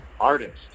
artist